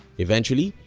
eventually,